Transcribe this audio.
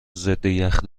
ضدیخ